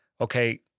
okay